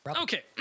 okay